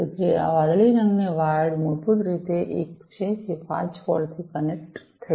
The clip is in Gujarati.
તેથી આ વાદળી રંગની વાયર્ડ મૂળભૂત રીતે એક છે જે 5 વોલ્ટ થી કનેક્ટ થઈ રહી છે